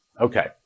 Okay